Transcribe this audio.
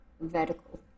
vertical